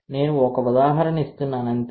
నేను ఒక ఉదాహరణ ఇస్తున్నాను అంతే